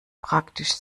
praktisch